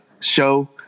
show